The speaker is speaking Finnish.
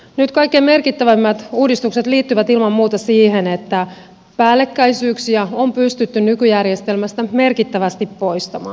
nyt kaikkein merkittävimmät uudistukset liittyvät ilman muuta siihen että päällekkäisyyksiä on pystytty nykyjärjestelmästä merkittävästi poistamaan